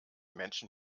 menschen